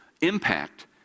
impact